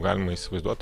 galima įsivaizduot